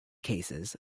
cases